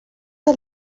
que